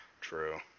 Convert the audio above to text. True